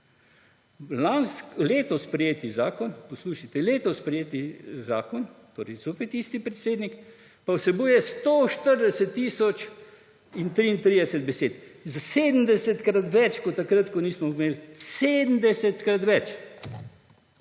Letos sprejeti zakon, poslušajte, letos sprejeti zakon, torej zopet isti predsednik, pa vsebuje 140 tisoč in 33 besed. Za 70-krat več kot takrat. 70-krat več!